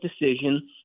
decision